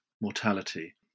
mortality